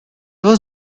was